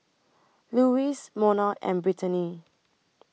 Lewis Monna and Brittaney